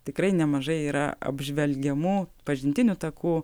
tikrai nemažai yra apžvelgiamų pažintinių takų